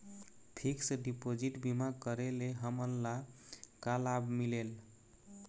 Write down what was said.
Fix deposit बीमा करे ले हमनला का लाभ मिलेल?